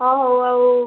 ହଉ ହଉ ଆଉ